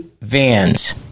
vans